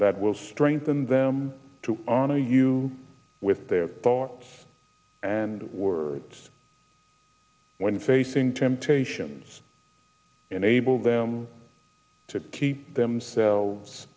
that will strengthen them to honor you with their thoughts and words when facing temptations enable them to keep themselves